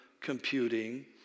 computing